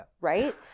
Right